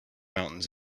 mountains